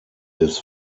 des